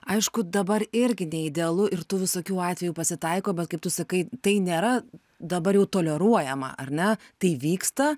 aišku dabar irgi ne idealu ir tų visokių atvejų pasitaiko bet kaip tu sakai tai nėra dabar jau toleruojama ar ne tai vyksta